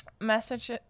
message